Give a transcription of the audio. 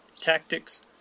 tactics